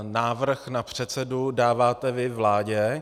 Návrh na předsedu dáváte vy vládě?